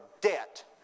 debt